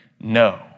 no